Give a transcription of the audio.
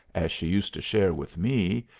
as she used to share with me,